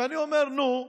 ואני אומר: נו,